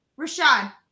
Rashad